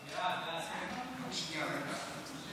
נאלץ לצאת, והוא אמר שיבדקו את זה, וייתנו תשובה.